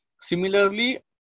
Similarly